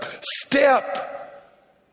step